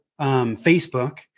Facebook